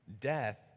death